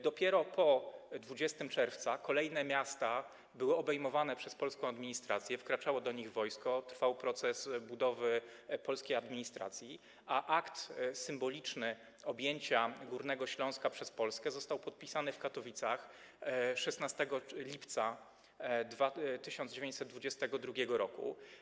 Dopiero po 20 czerwca kolejne miasta były obejmowane przez polską administrację, wkraczało do nich wojsko, trwał proces budowy polskiej administracji, a symboliczny akt objęcia Górnego Śląska przez Polskę został podpisany w Katowicach 16 lipca 1922 r.